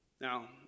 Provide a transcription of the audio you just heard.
Now